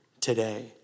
today